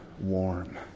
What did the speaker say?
warm